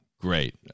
great